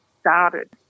started